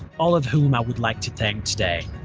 all of whom i would like to thank today.